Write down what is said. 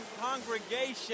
Congregation